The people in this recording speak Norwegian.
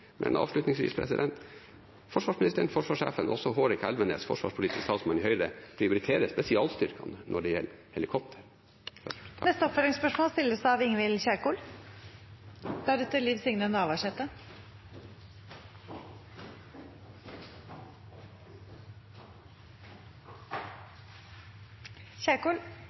Avslutningsvis: Forsvarsministeren, forsvarssjefen og også Hårek Elvenes, forsvarspolitisk talsmann i Høyre, prioriterer spesialstyrkene når det gjelder helikoptre. Ingvild Kjerkol – til oppfølgingsspørsmål.